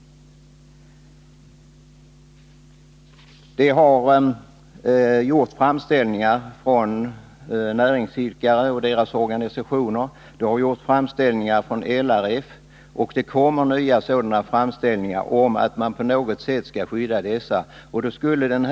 Det har gjorts framställningar från näringsidkare och deras organisationer samt från LRF om att man på något sätt skall skydda grönsaksodlarna. Det kommer också nya sådana framställningar.